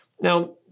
Now